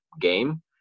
game